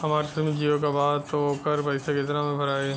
हमार सिम जीओ का बा त ओकर पैसा कितना मे भराई?